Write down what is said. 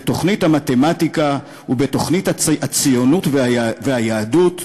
בתוכנית המתמטיקה ובתוכנית הציונות והיהדות.